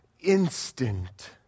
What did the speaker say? instant